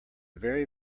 very